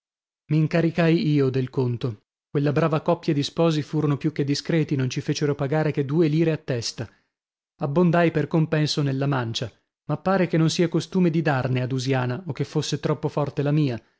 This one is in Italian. luculliana m'incaricai io del conto quella brava coppia di sposi furono più che discreti non ci fecero pagare che due lire a testa abbondai per compenso nella mancia ma pare che non sia costume di darne a dusiana o che fosse troppo forte la mia